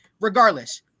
Regardless